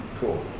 Cool